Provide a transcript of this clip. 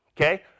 Okay